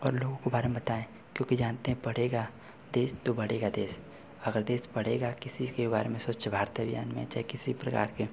और लोगों को बारे म बताएं क्योंकि जानते हैं पढ़ेगा देश तो बढ़ेगा देश अगर देश बढ़ेगा किसी के बारे में स्वच्छ भारत अभियान में चाहे किसी प्रकार के